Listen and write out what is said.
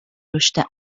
رشد